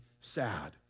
sad